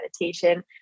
meditation